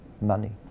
money